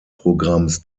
programms